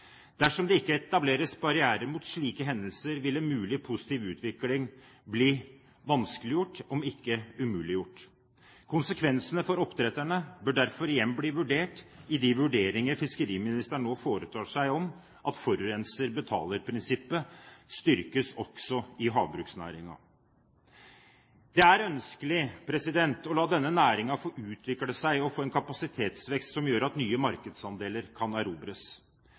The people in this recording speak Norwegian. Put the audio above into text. Dersom det ikke etableres barrierer mot slike hendelser, vil en mulig positiv utvikling bli vanskeliggjort, om ikke umuliggjort. Konsekvensene for oppdretterne bør derfor igjen bli vurdert i de vurderinger fiskeriministeren nå gjør, om at forurenser-betaler-prinsippet skal styrkes også i havbruksnæringen. Det er ønskelig å la denne næringen få utvikle seg og få en kapasitetsvekst som gjør at nye markedsandeler kan erobres.